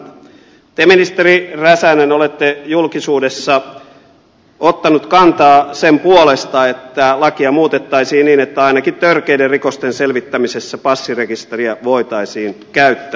te ministeri räsänen olette julkisuudessa ottanut kantaa sen puolesta että lakia muutettaisiin niin että ainakin törkeiden rikosten selvittämisessä passirekisteriä voitaisiin käyttää